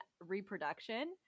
reproduction